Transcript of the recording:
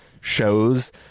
Shows